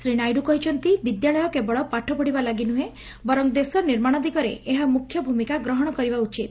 ଶ୍ରୀ ନାଇଡ୍ କହିଛନ୍ତି ବିଦ୍ୟାଳୟ କେବଳ ପାଠପଢ଼ିବା ଲାଗି ନ୍ରହେଁ ବରଂ ଦେଶ ନିମାଣ ଦିଗରେ ଏହା ମୁଖ୍ୟ ଭୂମିକା ଗ୍ରହଶ କରିବା ଉଚିତ